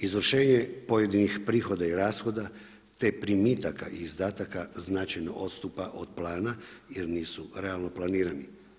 Izvršenje pojedinih prihoda i rashoda te primitaka i izdataka značajno odstupa od plana jer nisu realno planirani.